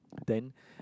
then